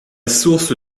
source